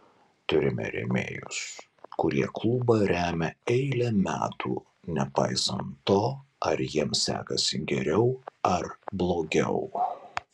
turime rėmėjus kurie klubą remia eilę metų nepaisant to ar jiems sekasi geriau ar blogiau